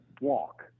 walk